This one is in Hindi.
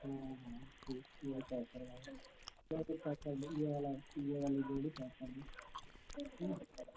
हाँ हाँ जी ठीक है करवा देंगे दो ठू पैक कर दें यह वाला यह वाली जोड़ी पैक कर दें ठीक है